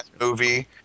movie